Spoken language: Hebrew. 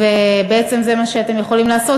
ובעצם זה מה שאתם יכולים לעשות,